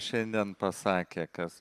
šiandien pasakė kas